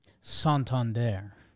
Santander